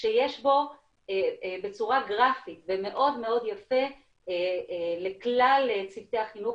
שיש בו בצורה גרפית ומאוד מאוד יפה לכלל צוותי החינוך,